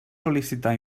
sol·licitar